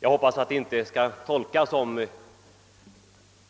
Jag hoppas det inte direkt skall tolkas som